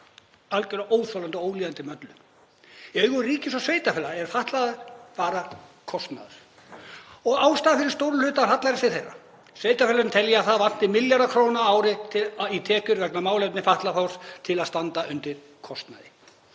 algerlega óþolandi og ólíðandi með öllu. Í augum ríkis og sveitarfélaga eru fatlaðir bara kostnaður og ástæðan fyrir stórum hluta af hallarekstri þeirra. Sveitarfélögin telja að það vanti milljarða króna á ári í tekjur vegna málefna fatlaðs fólks til að standa undir kostnaði.